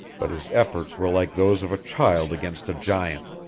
but his efforts were like those of a child against a giant.